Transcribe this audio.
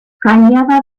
cañada